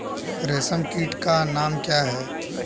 रेशम कीट का नाम क्या है?